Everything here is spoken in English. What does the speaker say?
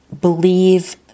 believe